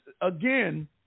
again